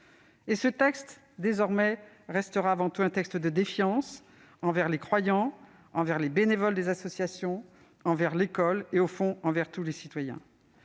Ce texte restera avant tout un texte de défiance : envers les croyants, envers les bénévoles des associations, envers l'école et, au fond, envers tous les citoyens.